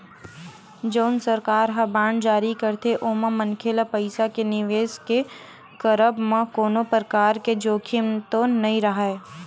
जउन सरकार ह बांड जारी करथे ओमा मनखे ल पइसा के निवेस के करब म कोनो परकार के जोखिम तो नइ राहय